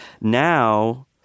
Now